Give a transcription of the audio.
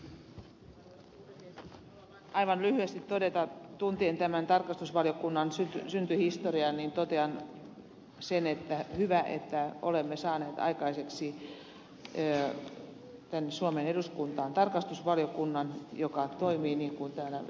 haluan vain aivan lyhyesti todeta tuntien tämän tarkastusvaliokunnan syntyhistorian että on hyvä että olemme saaneet aikaiseksi tänne suomen eduskuntaan tarkastusvaliokunnan joka toimii niin kuin täällä ed